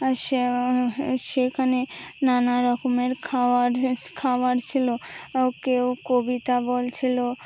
আর সেখানে নানা রকমের খাওয়ার খাওয়ার ছিলো কেউ কবিতা বলছিলো